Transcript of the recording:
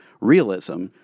realism